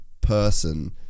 person